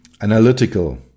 analytical